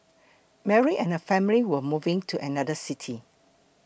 Mary and family were moving to another city